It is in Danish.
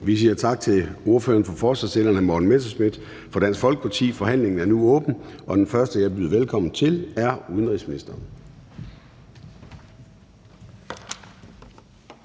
vi siger tak til ordføreren for forslagsstillerne, hr. Morten Messerschmidt fra Dansk Folkeparti. Forhandlingen er nu åbnet, og den første, jeg byder velkommen til, er udenrigsministeren.